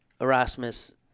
Erasmus